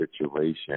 situation